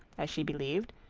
as she believed,